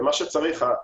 מה שצריך,